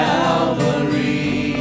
Calvary